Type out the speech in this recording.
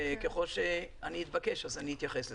וככל שאתבקש אתייחס לזה.